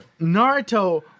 Naruto